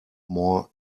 more